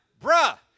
Bruh